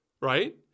right